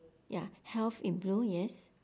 ya health in blue yes